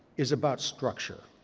is about structure.